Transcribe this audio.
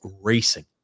racing